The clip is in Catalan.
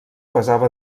pesava